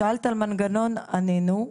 שאלת על מנגנון, ענינו.